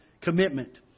commitment